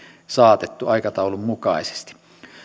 saatettu aikataulun mukaisesti